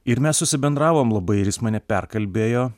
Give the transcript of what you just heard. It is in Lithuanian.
ir mes susibendravom labai ir jis mane perkalbėjo